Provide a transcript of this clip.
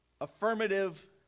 affirmative